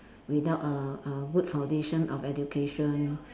without a a good foundation of education